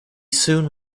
soon